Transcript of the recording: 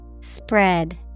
spread